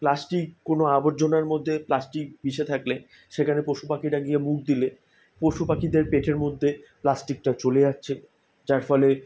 plastic কোনো আবর্জনার মধ্যে প্লাস্টিক মিশে থাকলে সেখানে পশু পাখিরা গিয়ে মুখ দিলে পশু পাখিদের পেটের মধ্যে প্লাস্টিকটা চলে যাচ্ছে যার ফলে